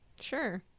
sure